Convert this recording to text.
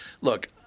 Look